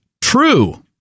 true